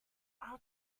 are